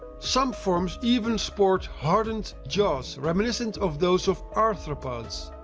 some forms even sport hardened jaws reminiscent of those of arthropods.